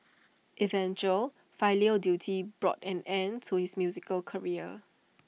eventual filial duty brought an end to his musical career